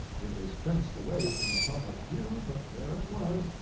it was fenced away from the public view, but there it was,